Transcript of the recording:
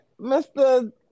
Mr